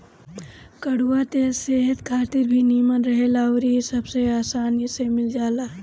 कड़ुआ तेल सेहत खातिर भी निमन रहेला अउरी इ सबसे आसानी में मिल जाला